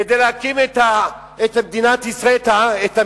כדי להקים את מדינת היהודים?